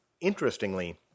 Interestingly